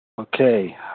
Okay